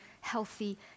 healthy